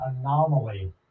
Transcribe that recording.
anomaly